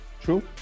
True